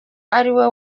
ariwe